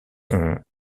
ont